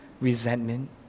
Resentment